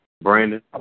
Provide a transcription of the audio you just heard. Brandon